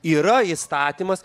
yra įstatymas